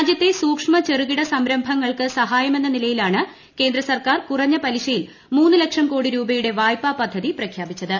രാജ്യത്തെ സൂക്ഷ്മ ചെറുകിട സംരംഭങ്ങൾക്ക് സഹായമെന്ന നിലയിലാണ് കേന്ദ്ര സർക്കാർ കുറഞ്ഞ പലിശയിൽ മൂന്ന് ലക്ഷം കോടി രൂപയുടെ വായ്പ പദ്ധതി പ്രഖ്യാപിച്ചത്